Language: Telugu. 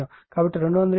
కాబట్టి 208 ఇవ్వబడింది